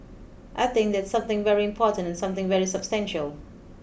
I think that's something very important and something very substantial